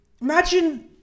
Imagine